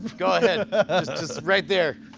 go ahead, just right there.